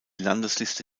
landesliste